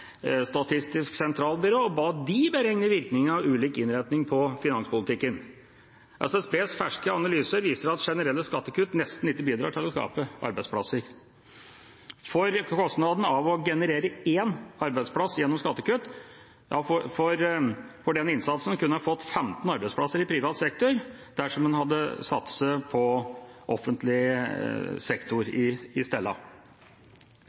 Statistisk sentralbyrå og ba dem beregne virkningen av ulik innretning på finanspolitikken. SSBs ferske analyse viser at generelle skattekutt nesten ikke bidrar til å skape arbeidsplasser. For kostnaden av å generere én arbeidsplass gjennom skattekutt kunne en fått 15 arbeidsplasser i privat sektor dersom en hadde satset på offentlig sektor